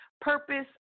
Purpose